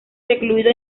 recluido